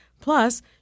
Plus